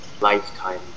Lifetime